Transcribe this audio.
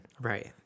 Right